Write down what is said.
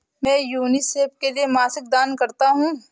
मैं यूनिसेफ के लिए मासिक दान करता हूं